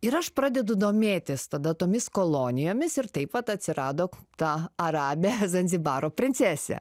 ir aš pradedu domėtis tada tomis kolonijomis ir taip vat atsirado ta arabė zanzibaro princesė